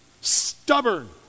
stubborn